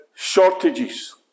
shortages